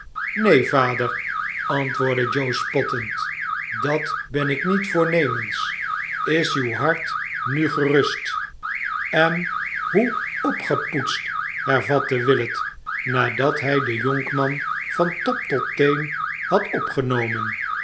neen vader antwoordde joe spottend dat ben ik niet voornemens is uw hart nu gerust en hoe opgepoetst hervatte willet nadat hij den jonkman van top tot teen had opgenomen